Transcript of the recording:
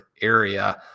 area